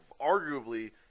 arguably